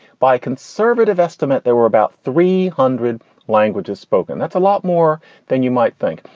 by conservative estimate, there were about three hundred languages spoken. that's a lot more than you might think.